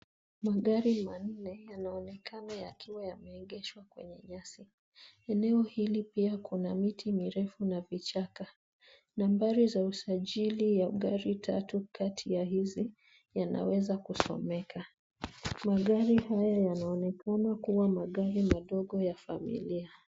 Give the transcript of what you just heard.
Magari manne yanaonekana yakiwa yameegeshwa kwenye nyasi. Eneo hili pia kuna miti mirefu na vichaka. Nambari za usajili ya gari tatu kati ya hizi yanaweza kusomeka. Magari hayo yanaonekana kuwa magari madogo ya familia.